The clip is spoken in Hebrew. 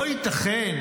לא ייתכן